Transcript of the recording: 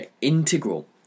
integral